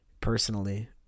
personally